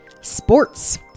Sports